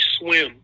swim